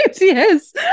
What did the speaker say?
Yes